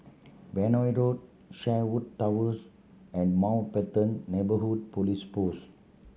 Benoi Road Sherwood Towers and Mountbatten Neighbourhood Police Post